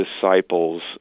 disciples